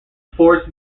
forest